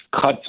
cut